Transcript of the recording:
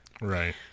Right